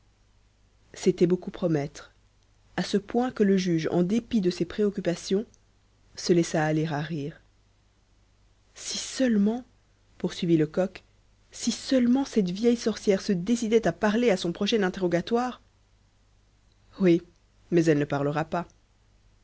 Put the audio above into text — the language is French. c'était beaucoup promettre à ce point que le juge en dépit de ses préoccupations se laissa aller à rire si seulement poursuivit lecoq si seulement cette vieille sorcière se décidait à parler à son prochain interrogatoire oui mais elle ne parlera pas